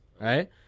right